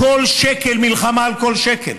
מלחמה על כל שקל.